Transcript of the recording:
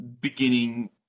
beginning